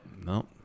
no